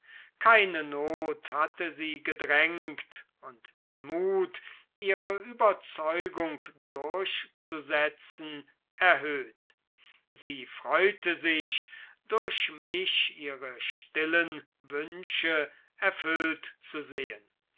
keine not hatte sie gedrängt und den mut ihre überzeugung durchzusetzen erhöht sie freute sich durch mich ihre stillen wünsche erfüllt zu sehen